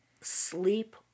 sleep